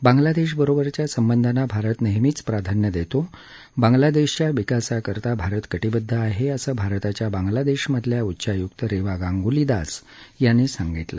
बांगलादेशबरोबरच्या संबंधाना भारत नेहमीच प्राधान्य देतो बांगलादेशच्या विकासासाठी भारत कटिबद्ध आहे असं भारताच्या बागंलादेशमधल्या उच्चायुक्त रिवा गांगुली दास यांनी सांगितलं